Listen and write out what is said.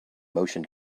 motion